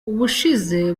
ubushize